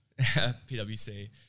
PwC